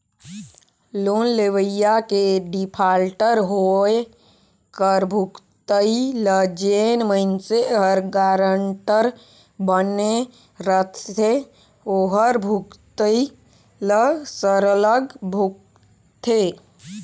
loan लेवइया के defaulter होवई कर भुगतई ल जेन मइनसे हर गारंटर बने रहथे ओहर भुगतई ल सरलग भुगतथे